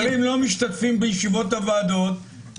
החברים לא משתתפים בישיבות הוועדות.